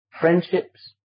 Friendships